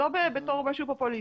לא כמשהו פופוליסטי.